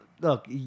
look